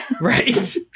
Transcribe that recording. Right